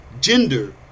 gender